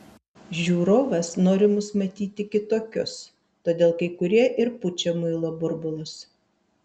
žiūrovas nori mus matyti kitokius todėl kai kurie ir pučia muilo burbulus